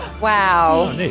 Wow